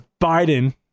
Biden